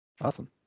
Awesome